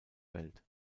welt